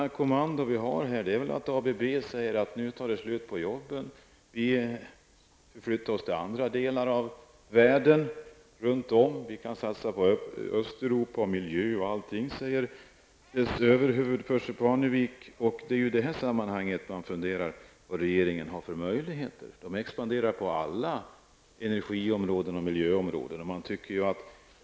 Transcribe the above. Herr talman! Det enda kommando som finns här är väl när ABB säger att jobben tar slut och att företaget flyttar tillverkningen till andra delar av världen. Percy Barnevik, ABBs överhuvud, säger att företaget kan satsa på Östeuropa, på miljön osv. Det är i dessa sammanhang man funderar över vilka möjligheter regeringen har. ABB expanderar ju på alla energi och miljöområden.